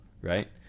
right